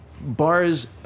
bars